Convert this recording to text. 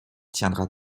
tiendra